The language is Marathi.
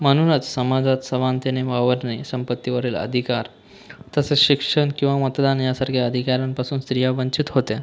म्हणूनच समाजात समानतेने वावरणे संपत्तीवरील अधिकार तसंच शिक्षण किंवा मतदान यासारख्या अधिकारांपासून स्त्रिया वंचित होत्या